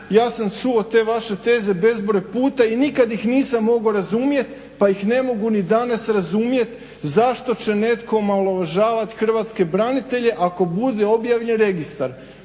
Ja sam čuo te vaše teze bezbroj puta i nikad ih nisam mogao razumjet, pa ih ne mogu ni danas razumjet. Zašto će netko omalovažavat hrvatske branitelje ako bude objavljen registar?